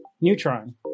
Neutron